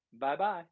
Bye-bye